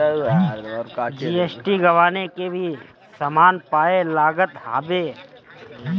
GST कवनो भी सामान पअ लागत हवे